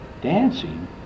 dancing